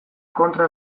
kontra